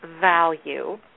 value